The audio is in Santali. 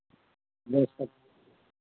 ᱟᱪᱪᱷᱟ ᱟᱪᱪᱷᱟ